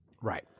Right